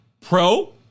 pro